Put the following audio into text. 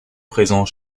présent